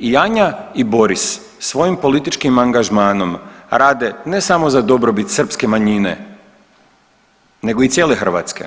I Anja i Boris svojim političkim angažmanom rade ne samo za dobrobit srpske manjine nego i cijele Hrvatske,